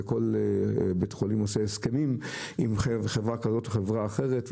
וכל בית חולים עושה הסכמים עם חברה כזאת או חברה אחרת,